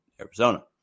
Arizona